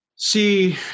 see